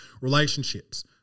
relationships